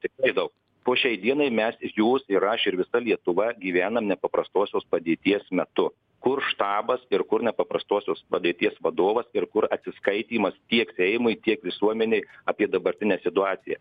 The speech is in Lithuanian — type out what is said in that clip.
tikrai daug po šiai dienai mes jūs ir aš ir visa lietuva gyvenam nepaprastosios padėties metu kur štabas ir kur nepaprastosios padėties vadovas ir kur atsiskaitymas tiek seimui tiek visuomenei apie dabartinę situaciją